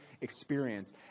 experience